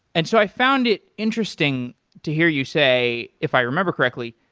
and so i found it interesting to hear you say, if i remember correctly,